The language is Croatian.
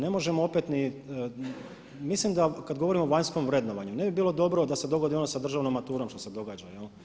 Ne možemo opet ni, mislim da kad govorimo o vanjskom vrednovanju ne bi bilo dobro da se dogodi ono sa državnom maturom što se događa.